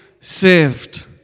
saved